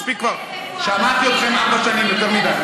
מספיק כבר, שמעתי אתכם ארבע שנים יותר מדי.